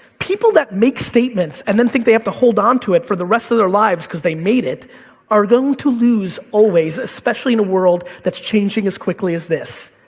people that make statements and then think they have to hold on to it for the rest of their lives cause they made it are going to lose always. especially in a world that's changing as quickly as this.